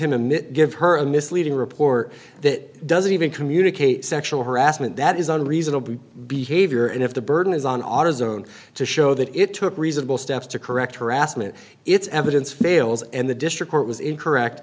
him it give her a misleading report that doesn't even communicate sexual harassment that is on reasonable behavior and if the burden is on autozone to show that it took reasonable steps to correct harassment it's evidence fails and the district court was incorrect